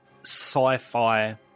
sci-fi